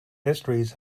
histories